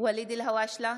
ואליד אלהואשלה,